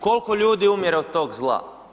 Koliko ljudi umire od tog zla?